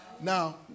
Now